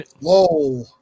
Whoa